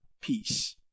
peace